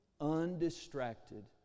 Undistracted